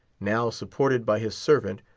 now supported by his servant,